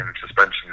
suspension